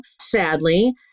sadly